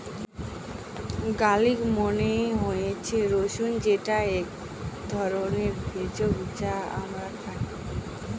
garlic মানে হচ্ছে রসুন যেটা এক ধরনের ভেষজ যা আমরা খাই